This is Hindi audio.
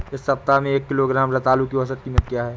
इस सप्ताह में एक किलोग्राम रतालू की औसत कीमत क्या है?